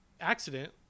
accident